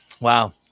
Wow